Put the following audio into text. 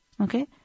okay